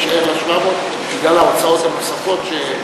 ויישארו לה 700 בגלל ההוצאות הנוספות.